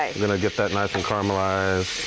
i mean to get that nice and caramelized.